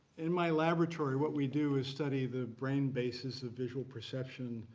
in my laboratory, what we do is study the brain bases of visual perception,